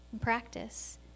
practice